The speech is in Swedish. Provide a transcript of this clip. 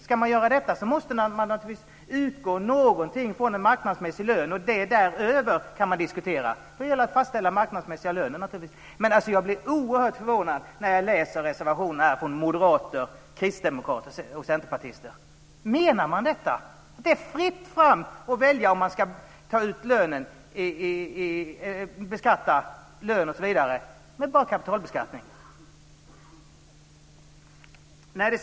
Ska man göra detta måste man naturligtvis utgå något från en marknadsmässig lön. Det som är däröver kan man diskutera. Det gäller naturligtvis att fastställa den marknadsmässiga lönen. Men jag blir oerhört förvånad när jag läser reservationen från moderater, kristdemokrater och centerpartister. Menar man detta? Det är fritt fram att välja om man ska beskatta lönen med enbart kapitalbeskattning.